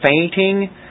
fainting